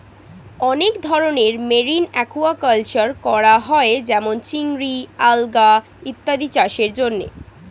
অনেক ধরনের marine aquaculture করা হয় যেমন চিংড়ি, আলগা ইত্যাদি চাষের জন্যে